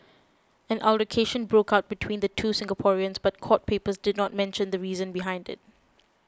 an altercation broke out between the two Singaporeans but court papers did not mention the reason behind it